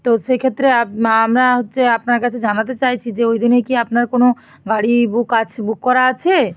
তো সেক্ষেত্রে আমরা হচ্ছে আপনার কাছে জানাতে চাইছি যে ওই দিনে কি আপনার কোনো গাড়ি বুক আছে বুক করা আছে